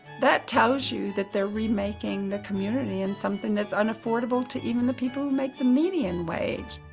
that tells you that they're remaking the community and something that's unaffordable to even the people who make the median wage.